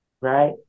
Right